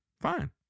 fine